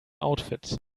outfit